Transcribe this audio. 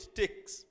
takes